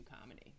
comedy